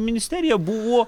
ministerija buvo